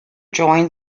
joined